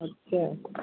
अच्छा